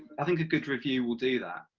i think a good review will do that.